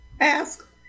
ask